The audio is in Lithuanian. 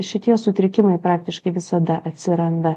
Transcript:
šitie sutrikimai praktiškai visada atsiranda